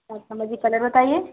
चार नम्बर अच्छा जी कलर बताइए